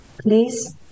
please